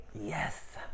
Yes